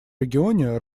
регионе